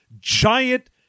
giant